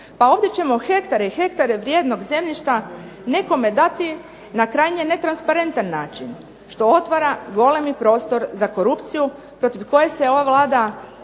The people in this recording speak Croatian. Pa ovdje ćemo hektare i hektare vrijednog zemljišta nekome dati na krajnje netransparentan način što otvara golemi prostor za korupciju protiv koje se ova